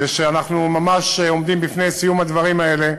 ואנחנו ממש עומדים בפני סיום הדברים האלה,